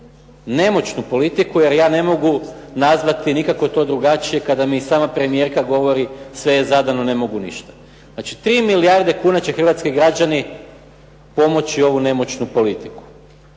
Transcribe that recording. nemoćnu politiku, jer ja ne mogu nazvati nikako to drugačije kada mi i sama premijerka govori sve je zadano ne mogu ništa. Znači 3 milijarde kuna će hrvatski građani pomoći ovu nemoćnu politiku.